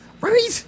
Right